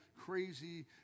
crazy